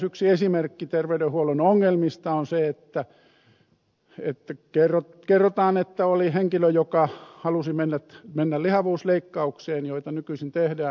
yksi esimerkki terveydenhuollon ongelmista on se että kerrotaan että oli henkilö joka halusi mennä lihavuusleikkaukseen joita nykyisin tehdään